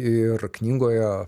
ir knygoje